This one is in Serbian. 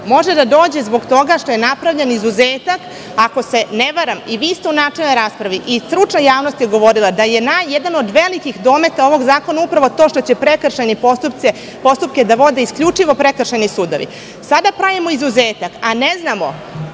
Može doći zbog toga što je napravljen izuzetak. Ako se ne varam, vi ste u načelnoj raspravi, stručna javnost je govorila, da je jedan od velikih dometa ovog zakona upravo to što će prekršajne postupke da vode isključivo prekršajni sudovi. Sada pravimo izuzetak, a ne znamo